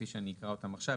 כפי שאקרא אותם עכשיו,